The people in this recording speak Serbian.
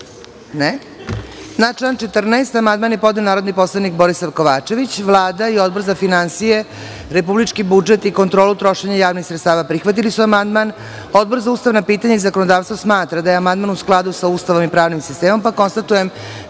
(Ne.)Na član 14 amandman je podneo narodni poslanik Borisav Kovačević. Vlada i Odbor za finansije, republički budžet i kontrola trošenje javnih sredstava prihvatili su amandman, a Odbor za ustavna pitanja i zakonodavstvo smatra da je amandman u skladu sa Ustavom i pravnim sistemom, pa konstatujem